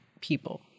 people